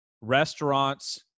restaurants